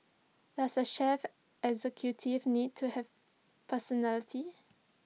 does A chief executive need to have personality